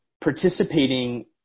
participating